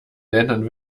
ländern